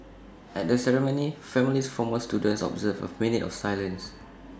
at the ceremony families formers students observed A minute of silence